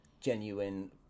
genuine